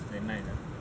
!whoa!